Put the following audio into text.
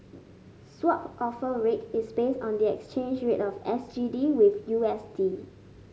Swap Offer Rate is based on the exchange rate of S G D with U S D